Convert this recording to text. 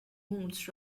moods